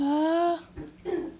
!huh!